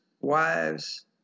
wives